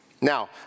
Now